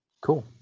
Cool